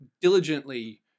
diligently